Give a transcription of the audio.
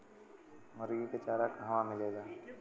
मुर्गी के चारा कहवा मिलेला?